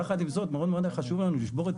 יחד עם זאת מאוד היה חשוב לנו לשבור את